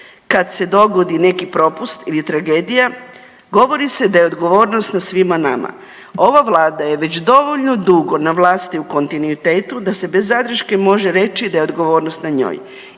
kad se dogodi neki propust ili tragedija govori se da je odgovornost na svima nama. Ova Vlada je već dovoljno dugo na vlasti u kontinuitetu da se bez zadrške može reći da je odgovornost na njoj